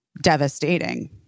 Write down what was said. devastating